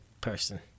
person